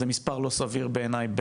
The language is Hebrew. זה מספר לא סביר בעיניי.